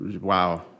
Wow